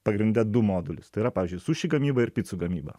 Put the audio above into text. pagrinde du modulius tai yra pavyzdžiui suši gamyba ir picų gamyba